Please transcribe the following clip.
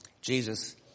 Jesus